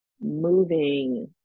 moving